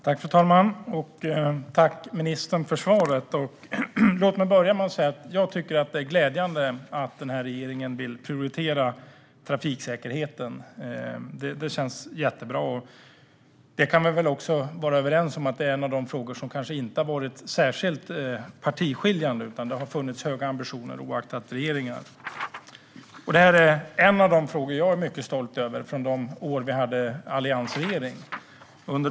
Fru ålderspresident! Jag vill tacka ministern för svaret. Det är glädjande att regeringen vill prioritera trafiksäkerheten. Det känns jättebra. Jag och ministern kan väl vara överens om att det är en av de frågor där partiernas åsikter inte har skilt sig åt. Det har funnits höga ambitioner, oaktat vem som sitter i regeringsställning. Det här är en av de frågor som jag är mycket stolt över från de åtta åren med alliansregeringen.